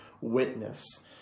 witness